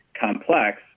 complex